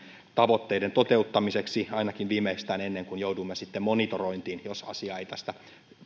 tavoitteiden toteuttamiseksi ainakin viimeistään ennen kuin joudumme sitten monitorointiin jos asia ei tästä